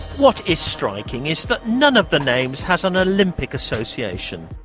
what is striking is that none of the names has an olympic association.